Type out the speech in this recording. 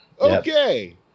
Okay